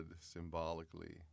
symbolically